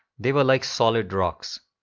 they were like solid rocks.